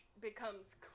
becomes